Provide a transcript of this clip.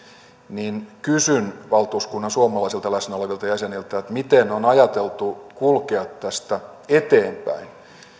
niin kysyn valtuuskunnan suomalaisilta läsnä olevilta jäseniltä miten on ajateltu kulkea tästä eteenpäin